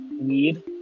weed